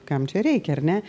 kam čia reikia ar ne